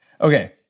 Okay